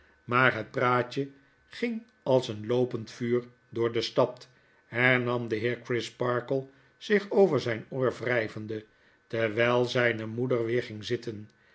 maar het praatje ging als een loopend vuur door de stad hernam de heer crisparkle zich over zyn oor wryvende terwijl zijne moeder weer ging zitten